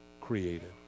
created